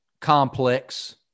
complex